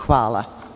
Hvala.